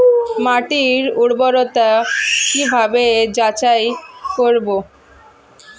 মাটির উর্বরতা কি ভাবে যাচাই করব?